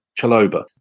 Chaloba